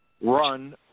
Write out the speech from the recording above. run